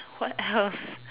what else